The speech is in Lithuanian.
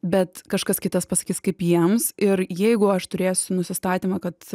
bet kažkas kitas pasakys kaip jiems ir jeigu aš turėsiu nusistatymą kad